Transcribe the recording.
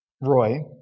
Roy